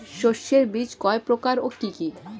শস্যের বীজ কয় প্রকার ও কি কি?